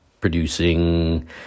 producing